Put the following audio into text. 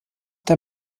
der